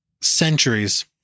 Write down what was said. centuries